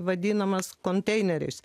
vadinamas konteineriais